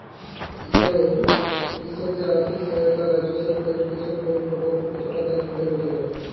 এখানে কৃষকদের আর্থিক সহায়তায় রাজ্য সরকারের কৃষক বন্ধু প্রক্ল্প কতটা কার্যকরী হতে পারে?